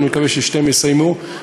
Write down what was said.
אני מקווה ששתיהן תסיימנה,